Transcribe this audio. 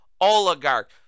oligarch